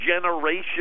generation